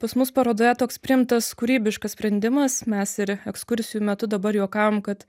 pas mus parodoje toks priimtas kūrybiškas sprendimas mes ir ekskursijų metu dabar juokavom kad